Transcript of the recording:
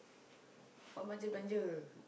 what belanja belanja